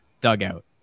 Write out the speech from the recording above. Dugout